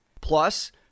Plus